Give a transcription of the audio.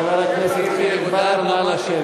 חבר הכנסת חיליק בר, נא לשבת.